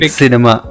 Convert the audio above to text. cinema